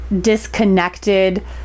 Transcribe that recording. disconnected